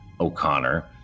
O'Connor